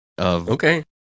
Okay